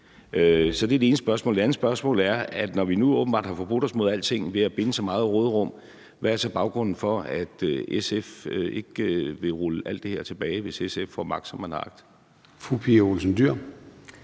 Det er det ene spørgsmål. Det andet spørgsmål er: Når vi nu åbenbart har forbrudt os imod alting ved at binde så meget råderum, hvad er så baggrunden for, at SF ikke vil rulle alt det her tilbage, hvis SF får magt, som man har agt? Kl.